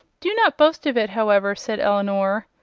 do not boast of it, however, said elinor,